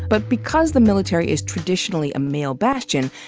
but because the military is traditionally a male bastion,